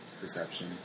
perception